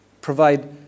provide